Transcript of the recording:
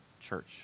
church